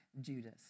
Judas